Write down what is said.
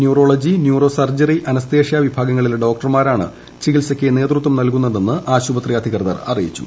neurology neurosurgery anaesthesia വിഭാഗങ്ങളിലെ ഡോക്ടർമാർമാരാണ് ചികിത്സക്ക് നേതൃത്പം ്നൽകുന്നതെന്ന് ആശുപത്രി അധികൃതർ അറിയിച്ചു